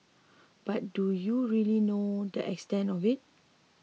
but do you really know the extent of it